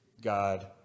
god